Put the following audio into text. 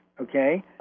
okay